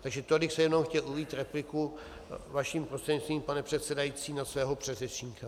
Takže tolik jenom jsem chtěl uvést repliku vaším prostřednictvím, pane předsedající, na svého předřečníka.